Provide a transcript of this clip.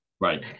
Right